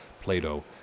Plato